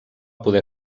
poder